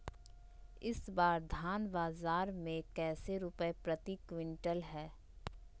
इस बार धान बाजार मे कैसे रुपए प्रति क्विंटल है?